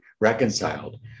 reconciled